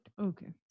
Okay